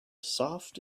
soft